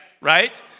Right